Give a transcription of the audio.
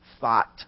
thought